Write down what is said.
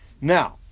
Now